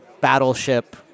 battleship